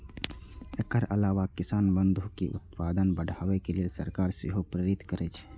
एकर अलावा किसान बंधु कें उत्पादन बढ़ाबै लेल सरकार सेहो प्रेरित करै छै